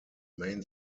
main